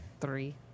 Three